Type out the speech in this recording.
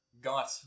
got